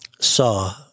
saw